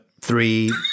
three